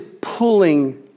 pulling